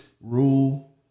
Rule